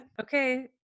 Okay